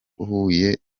uhuye